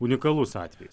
unikalus atvejis